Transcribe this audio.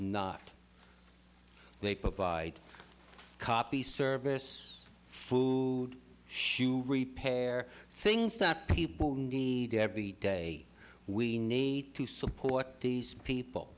they provide a copy service food shoe repair things that people need every day we need to support these people